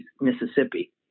mississippi